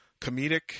comedic